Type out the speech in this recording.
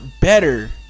better